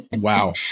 Wow